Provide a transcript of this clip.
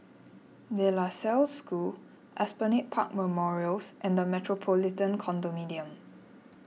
De La Salle School Esplanade Park Memorials and the Metropolitan Condominium